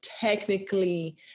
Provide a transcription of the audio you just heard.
technically